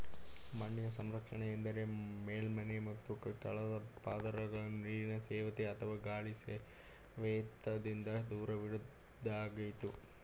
ಮಣ್ಣಿನ ಸಂರಕ್ಷಣೆ ಎಂದರೆ ಮೇಲ್ಮಣ್ಣು ಮತ್ತು ತಳದ ಪದರಗಳನ್ನು ನೀರಿನ ಸವೆತ ಅಥವಾ ಗಾಳಿ ಸವೆತದಿಂದ ದೂರವಿಡೋದಾಗಯ್ತೆ